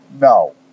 No